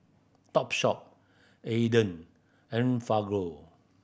Topshop Aden Enfagrow